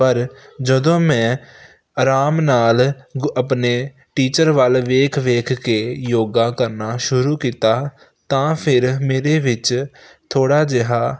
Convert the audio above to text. ਪਰ ਜਦੋਂ ਮੈਂ ਆਰਾਮ ਨਾਲ ਗ ਆਪਣੇ ਟੀਚਰ ਵੱਲ ਵੇਖ ਵੇਖ ਕੇ ਯੋਗਾ ਕਰਨਾ ਸ਼ੁਰੂ ਕੀਤਾ ਤਾਂ ਫਿਰ ਮੇਰੇ ਵਿੱਚ ਥੋੜ੍ਹਾ ਜਿਹਾ